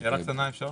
אפשר